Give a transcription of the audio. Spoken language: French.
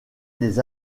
des